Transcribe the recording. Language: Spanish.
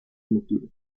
motivos